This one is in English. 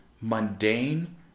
mundane